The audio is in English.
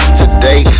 today